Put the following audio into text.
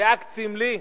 זה אקט סמלי.